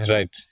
Right